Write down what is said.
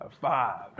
Five